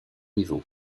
niveau